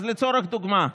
אז לצורך הדוגמה,